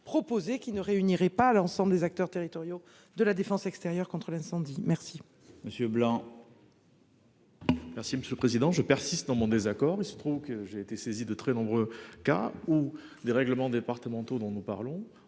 qui ne réunirait pas l'ensemble des acteurs territoriaux de la défense extérieure contre l'incendie. Merci Monsieur Blanc. Merci, monsieur le Président, je persiste dans mon désaccord mais il se trouve que j'ai été saisi de très nombreux cas où des règlements départementaux dont nous parlons,